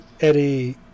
Eddie